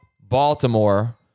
Baltimore